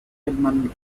edmond